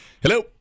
Hello